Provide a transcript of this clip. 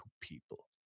people